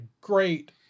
great